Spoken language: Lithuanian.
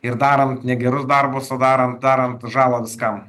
ir darant negerus darbus o darant darant žalą viskam